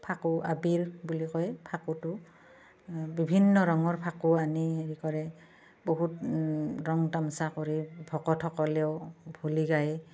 ফাকু আবিৰ বুলি কয় ফাকুটো বিভিন্ন ৰঙৰ ফাকু আনি হেৰি কৰে বহুত ৰং তামাচা কৰি ভকতসকলেও হোলী গায়